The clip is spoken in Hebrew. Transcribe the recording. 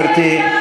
גברתי.